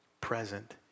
present